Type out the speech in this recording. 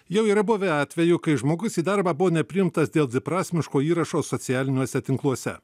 jau yra buvę atvejų kai žmogus į darbą buvo nepriimtas dėl dviprasmiško įrašo socialiniuose tinkluose